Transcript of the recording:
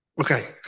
Okay